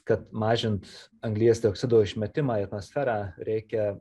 kad mažint anglies dioksido išmetimą į atmosferą reikia